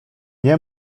nie